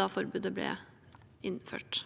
da forbudet ble innført.